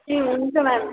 ए हुन्छ मेम